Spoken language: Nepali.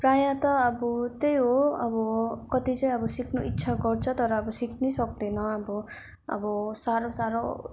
प्रायः त अब त्यही हो अब कति चाहिँ अब सिक्नु इच्छा गर्छ तर अब सिक्नै सक्दैन अब अब साह्रो साह्रो